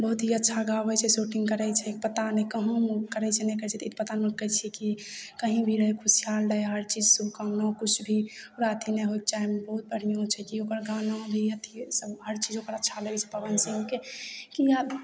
बहुत ही अच्छा गाबै छै शूटिन्ग करै छै पता नहि कहुँ करै छै नहि करै छै तऽ ई पता कहै छिए कि कहीँ भी रहै खुशहाल रहै हर चीजसे शुभकामना किछु भी ओकरा अथी नहि होइके चाही बहुत बढ़िआँ छै कि ओकर गाना भी अथी सब हर चीज ओकर अच्छा लगै छै पवन सिंहके